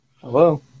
Hello